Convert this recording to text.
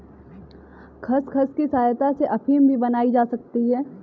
खसखस की सहायता से अफीम भी बनाई जा सकती है